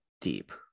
deep